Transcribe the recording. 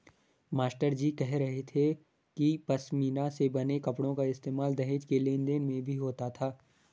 मास्टरजी कह रहे थे कि पशमीना से बने कपड़ों का इस्तेमाल दहेज के लेन देन में भी होता था